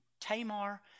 Tamar